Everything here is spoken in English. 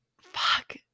fuck